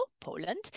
Poland